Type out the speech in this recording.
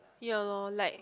ya lor like